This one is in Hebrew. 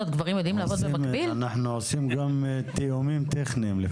רואים את התמונה הכוללת ומי אחראי על מה.